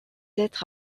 être